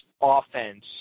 offense